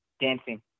dancing